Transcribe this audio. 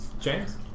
James